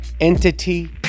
entity